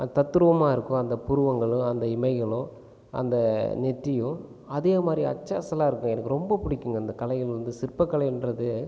அதை தத்துரூபமாக இருக்கும் அந்த புருவங்களும் அந்த இமைகளும் அந்த நெற்றியும் அதே மாதிரி அச்சு அசலாக இருக்கும் எனக்கு ரொம்ப பிடிக்கும் அந்த கலைகள் வந்து சிற்பக்கலையிங்றது